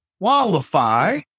qualify